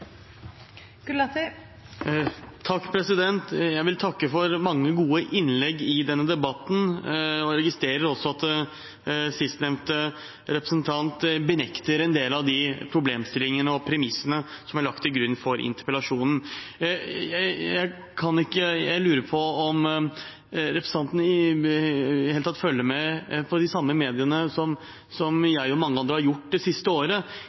benekter en del av de problemstillingene og premissene som er lagt til grunn for interpellasjonen. Jeg lurer på om representanten i det hele tatt følger med på de samme mediene som jeg og mange andre har gjort det siste året.